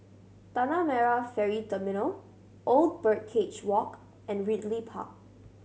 Tanah Merah Ferry Terminal Old Birdcage Walk and Ridley Park